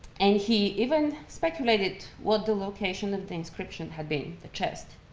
and he even speculated what the location of the inscription had been the chest.